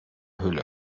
hülle